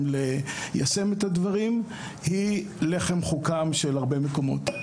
בליישם את הדברים היא לחם חוקם של הרבה מקומות.